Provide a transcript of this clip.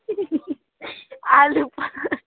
आलु प